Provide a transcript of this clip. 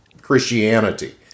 christianity